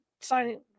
signing